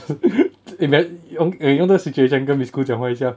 eh then 用这个 situation 跟 miss khoo 讲话一下